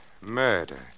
murder